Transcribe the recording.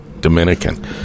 dominican